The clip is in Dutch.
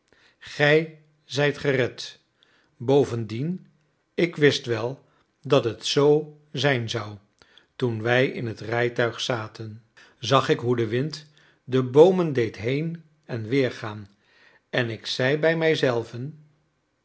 gij zijt gered bovendien ik wist wel dat het zoo zijn zou toen wij in het rijtuig zaten zag ik hoe de wind de boomen deed heen-en-weer gaan en ik zei bij mij